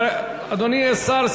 אדוני השר,